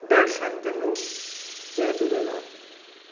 दर्शन ॾिनो जय झूलेलाल